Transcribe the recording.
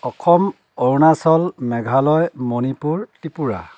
Assam Arunachal Meghalaya Manipur Tripura